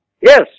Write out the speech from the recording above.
Yes